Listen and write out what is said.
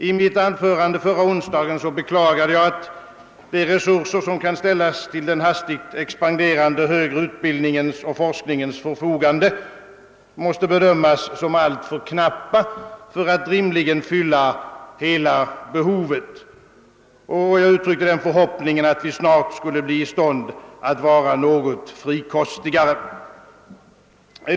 I mitt anförande förra onsdagen beklagade jag, att de resurser som kan ställas till den hastigt expanderande högre utbildningens och forskningens förfogande måste bedömas som alltför knappa för att rimligen fylla hela behovet. Jag uttryckte den förhoppningen att vi snart skulle bli i stånd att vara något frikostigare.